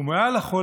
ומעל לכול,